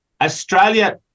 Australia